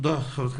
תודה ח"כ מריח.